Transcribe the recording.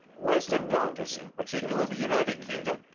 western countries, in particular the united kingdom,